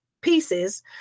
pieces